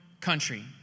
country